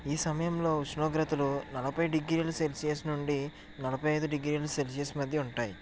ఈ సమయంలో ఉష్ణోగ్రతలు నలభై డిగ్రీల సెల్సియస్ నుండి నలభై ఐదు డిగ్రీల సెల్సియస్ మధ్య ఉంటాయి